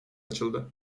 açıldı